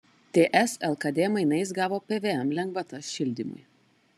ts lkd mainais gavo pvm lengvatas šildymui